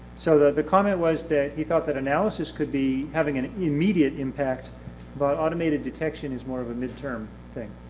so the the comment was that he thought that analysis could be having an immediate impact but automated detection is more of a midterm thing.